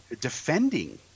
defending